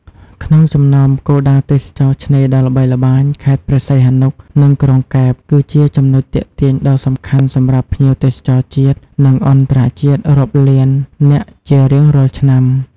ក្នុងចំណោមគោលដៅទេសចរណ៍ឆ្នេរដ៏ល្បីល្បាញ ខេត្តព្រះសីហនុ និងក្រុងកែប គឺជាចំណុចទាក់ទាញដ៏សំខាន់សម្រាប់ភ្ញៀវទេសចរជាតិ និងអន្តរជាតិរាប់លាន នាក់ជារៀងរាល់ឆ្នាំ។